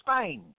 Spain